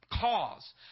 cause